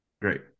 great